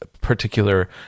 particular